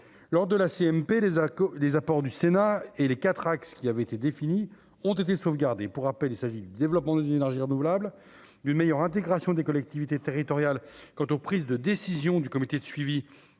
les accords, les apports du Sénat et les 4 axes qui avaient été définies ont été sauvegardés pour rappel : il s'agit du développement des énergies renouvelables, d'une meilleure intégration des collectivités territoriales, quant aux prises de décisions du comité de suivi